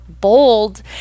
bold